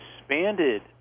expanded